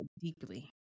deeply